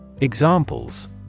Examples